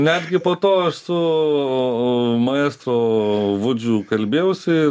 netgi po aš to su maestro vudžiu kalbėjausi ir